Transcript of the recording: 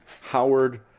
Howard